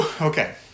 Okay